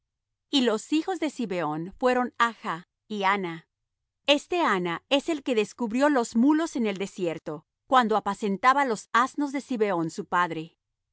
y los hijos de zibeón fueron aja y ana este ana es el que descubrió los mulos en el desierto cuando apacentaba los asnos de zibeón su padre